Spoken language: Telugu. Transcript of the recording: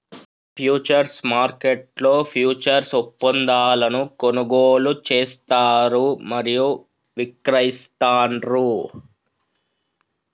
ఫ్యూచర్స్ మార్కెట్లో ఫ్యూచర్స్ ఒప్పందాలను కొనుగోలు చేస్తారు మరియు విక్రయిస్తాండ్రు